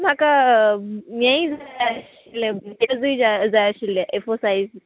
म्हाका यें जाय आशिल्लें गेजूय जाय आशिल्लें ए फोर सायज